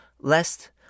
Lest